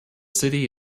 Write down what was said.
city